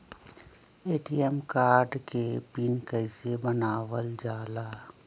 ATM card के PIN कैसे बनावल जाला?